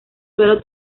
suelo